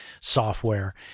software